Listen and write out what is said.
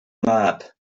mab